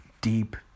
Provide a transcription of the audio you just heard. deep